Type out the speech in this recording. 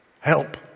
Help